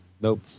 Nope